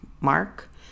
mark